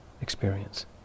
experience